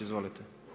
Izvolite.